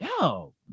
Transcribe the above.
no